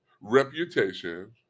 reputation